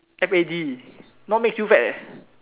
F A D not makes you fat leh